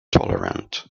tolerant